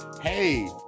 hey